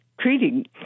treating